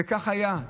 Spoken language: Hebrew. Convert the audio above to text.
וכך היה.